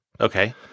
Okay